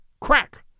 Crack